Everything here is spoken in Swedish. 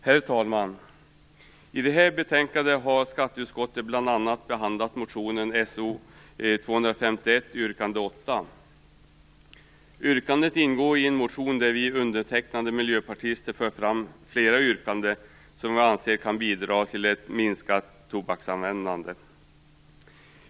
Herr talman! I det här betänkandet har skatteutskottet bl.a. behandlat motion So251 yrkande 8. Yrkandet ingår i en motion där vi undertecknande miljöpartister för fram flera yrkanden som vi anser kan bidra till ett minskat tobaksanvändande.